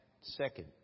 second